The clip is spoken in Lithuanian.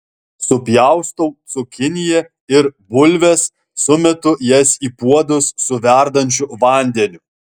supjaustau cukiniją ir bulves sumetu jas į puodus su verdančiu vandeniu